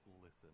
listen